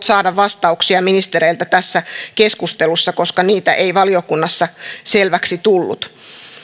saada vastauksia ministereiltä tässä keskustelussa koska ne eivät valiokunnassa selväksi tulleet